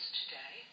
today